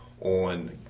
on